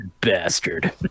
bastard